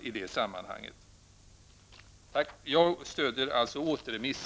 Jag stöder alltså förslaget om återremiss.